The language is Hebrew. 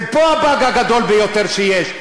ופה הבאג הגדול ביותר שיש.